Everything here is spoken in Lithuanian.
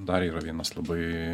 dar yra vienas labai